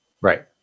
Right